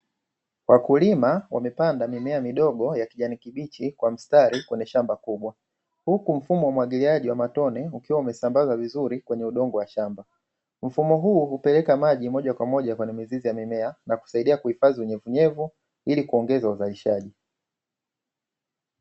Wakulima wamepanda mimea midogo ya kijani kibichi kwa mstari kwenye shamba kubwa, huku mfumo wa umwagiliaji wa matone ukiwa umesambaza vizuri kwenye udongo wa shamba, mfumo huu hupeleka maji moja kwa moja kwenye mizizi ya mimea na kusaidia kuhifadhi unyevunyevu ili kuongeza uzalishaji.